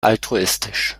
altruistisch